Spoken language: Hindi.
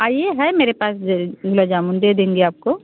आईए है मेरे पास जो गुलाबजामुन दे देंगे आपको